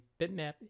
bitmap